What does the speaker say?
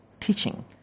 teaching